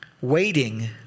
waiting